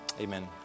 amen